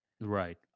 Right